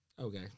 Okay